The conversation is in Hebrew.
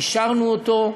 אישרנו אותו,